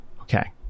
okay